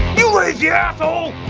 you lazy asshole!